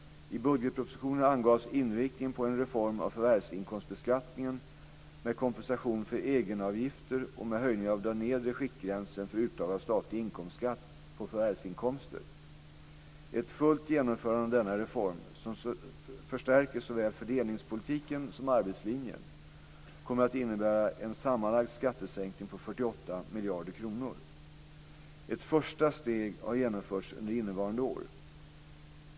I budgetpropositionen angavs inriktningen på en reform av förvärvsinkomstbeskattningen med kompensation för egenavgifter och med höjning av den nedre skiktgränsen för uttag av statlig inkomstskatt på förvärvsinkomster. Ett fullt genomförande av denna reform - som förstärker såväl fördelningspolitiken som arbetslinjen - kommer att innebära en sammanlagd skattesänkning på 48 miljarder kronor. Ett första steg har genomförts under innevarande år.